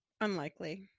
Unlikely